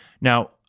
Now